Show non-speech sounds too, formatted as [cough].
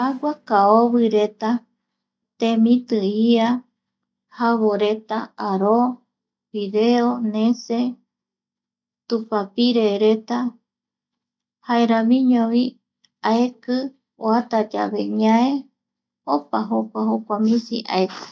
Agua kaovireta, temiti ia, javoreta, aro reta fideos, nese, tupapirereta jaeramiñovi aeki oata yave ñae opa jokua [noise] jokua misi aeki